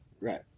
Right